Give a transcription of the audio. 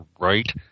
right